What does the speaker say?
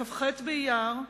בכ"ח באייר,